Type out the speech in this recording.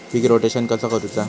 पीक rotation कसा करूचा?